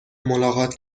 ملاقات